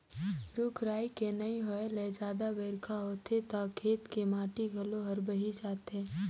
रूख राई के नइ होए ले जादा बइरखा होथे त खेत के माटी घलो हर बही जाथे